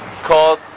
Called